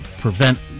prevent